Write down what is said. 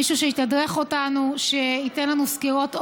מישהו שיתדרך אותנו, שייתן לנו סקירות עומק.